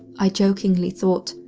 i jokingly thought,